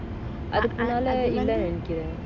அதுக்கு முன்னால இல்ல நெனைக்கிறேன்:athuku munnala illa nenaikiran